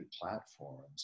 platforms